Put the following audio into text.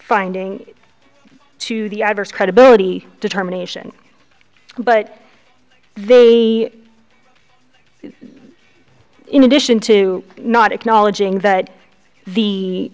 finding to the adverse credibility determination but they in addition to not acknowledging that the